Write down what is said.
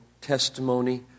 testimony